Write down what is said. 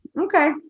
okay